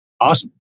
Awesome